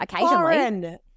occasionally